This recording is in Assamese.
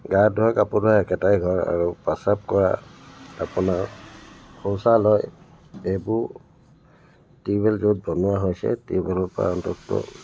গা ধোৱা কাপোৰ ধোৱা একেটাই ঘৰ আৰু পাচাব কৰা আপোনাৰ শৌচালয় এইবোৰ টিউবৱেল য'ত বনোৱা হৈছে টিউবৱেলৰ পৰা অন্তত